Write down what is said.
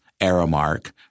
Aramark